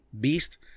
beast